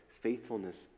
faithfulness